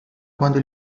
quando